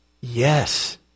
Yes